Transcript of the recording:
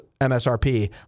MSRP